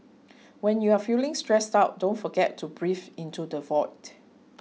when you are feeling stressed out don't forget to breathe into the void